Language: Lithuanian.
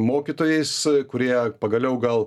mokytojais kurie pagaliau gal